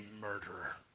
murderer